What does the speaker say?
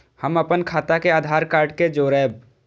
हम अपन खाता के आधार कार्ड के जोरैब?